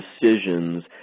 decisions